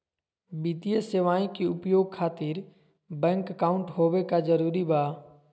वित्तीय सेवाएं के उपयोग खातिर बैंक अकाउंट होबे का जरूरी बा?